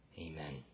amen